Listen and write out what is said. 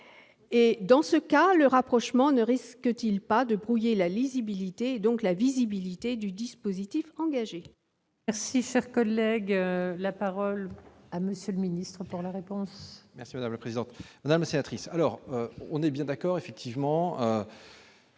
? Dans ce cas, le rapprochement ne risque-t-il pas de brouiller la lisibilité et partant la visibilité du dispositif engagé ?